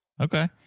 Okay